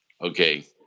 Okay